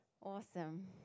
Awesome